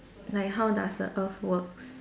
like how does the earth works